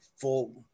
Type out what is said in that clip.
full –